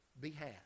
behalf